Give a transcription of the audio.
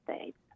States